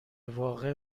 واقع